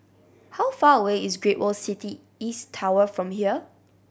how far away is Great World City East Tower from here